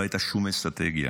לא הייתה שום אסטרטגיה.